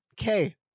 okay